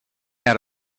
out